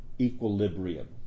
Equilibrium